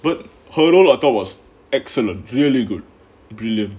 but her role I thought was excellent really good brilliant